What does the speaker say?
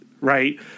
right